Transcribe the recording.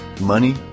Money